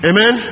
Amen